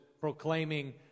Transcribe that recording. proclaiming